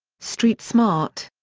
street smart.